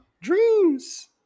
Dreams